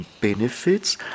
benefits